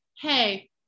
hey